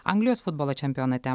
anglijos futbolo čempionate